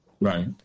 right